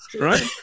right